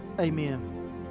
Amen